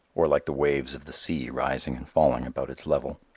or like the waves of the sea rising and falling about its level.